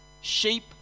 sheep